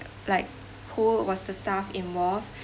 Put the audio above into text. like who was the staff involved